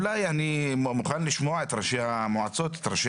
אני מוכן לשמוע את ראשי המועצות ואת ראשי